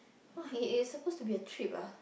what it it suppose to be a trip ah